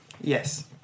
Yes